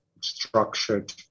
structured